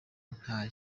nta